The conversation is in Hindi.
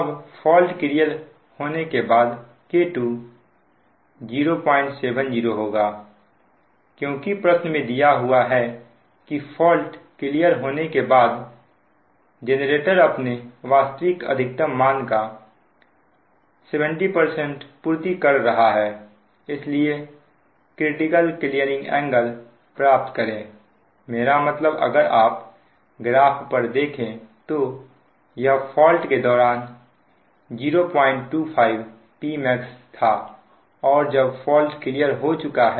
अब फॉल्ट क्लियर होने के बाद K2 070 होगा क्योंकि प्रश्न में दिया हुआ है कि फॉल्ट क्लियर होने के बाद जेनरेटर अपने वास्तविक अधिकतम मान का 70 पूर्ति कर रहा है इसलिए क्रिटिकल क्लीयरिंग एंगल प्राप्त करें मेरा मतलब अगर आप ग्राफ पर देखें तो यह फॉल्ट के दौरान 025 Pmax था और जब फॉल्ट क्लियर हो चुका है